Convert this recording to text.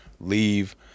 leave